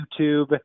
YouTube